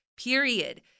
period